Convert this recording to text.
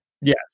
Yes